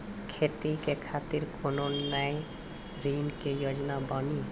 खेती के खातिर कोनो नया ऋण के योजना बानी?